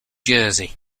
jersey